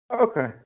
Okay